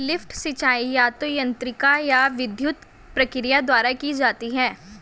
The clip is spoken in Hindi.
लिफ्ट सिंचाई या तो यांत्रिक या विद्युत प्रक्रिया द्वारा की जाती है